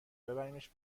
ببریمش